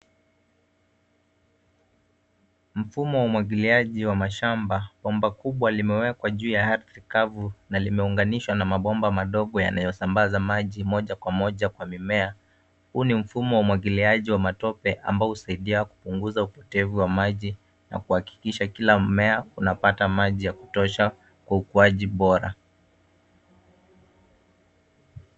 Mfumo wa umwagiliaji wa mashamba . Bomba kubwa limewekwa juu ya ardhi kavu na limeunganishwa na mabomba madogo yanayosambaza maji moja kwa moja kwa mimea. Huu ni mfumo wa umwagiliaji wa matone ambao husaidia kupunguza upotevu wa maji na kuhakikisha kila mmea unapata maji ya kutosha kwa ukuaji bora.